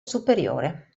superiore